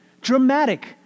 Dramatic